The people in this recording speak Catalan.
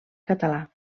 català